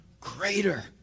greater